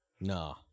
Nah